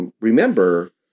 remember